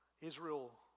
Israel